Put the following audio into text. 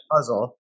puzzle